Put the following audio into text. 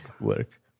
work